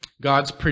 God's